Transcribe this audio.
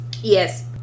Yes